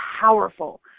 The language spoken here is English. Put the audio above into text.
powerful